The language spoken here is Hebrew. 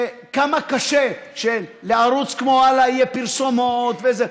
כמה קשה שבערוץ כמו הלא יהיו פרסומות וזה,